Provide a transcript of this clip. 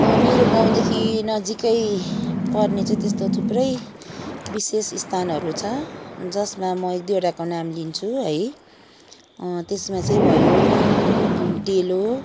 मेरो गाउँदेखि नजिकै पर्ने चाहिँ त्यस्तो थुप्रै विशेष स्थानहरू छ जसमा म एक दुईवटाको नाम लिन्छु है त्यसमा चाहिँ भयो डेलो